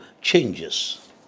changes